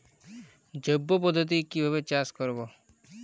জৈব পদ্ধতিতে কিভাবে চাষ করব?